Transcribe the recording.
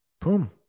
boom